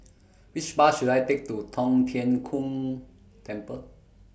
Which Bus should I Take to Tong Tien Kung Temple